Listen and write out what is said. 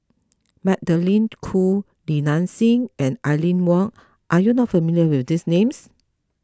Magdalene Khoo Li Nanxing and Aline Wong are you not familiar with these names